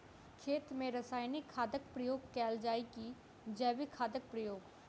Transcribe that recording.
खेत मे रासायनिक खादक प्रयोग कैल जाय की जैविक खादक प्रयोग?